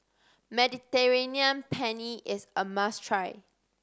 Mediterranean Penne is a must try